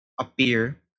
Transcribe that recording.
appear